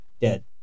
dead